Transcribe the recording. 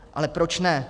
Ale proč ne?